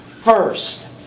first